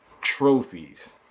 trophies